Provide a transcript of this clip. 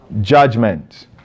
judgment